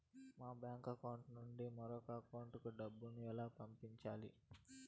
మా bank account నుండి మరొక అకౌంట్ కు డబ్బును ఎలా పంపించాలి